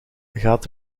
gaat